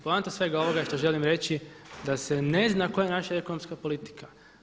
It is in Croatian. Poanta svega ovoga je što želim reći da se ne zna koja je naša ekonomska politika.